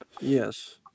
Yes